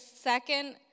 second